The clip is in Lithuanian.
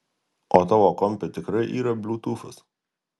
o tavo kompe tikrai yra bliutūfas